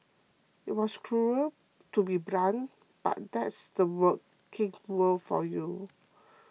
it was cruel to be blunt but that's the working world for you